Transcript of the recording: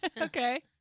Okay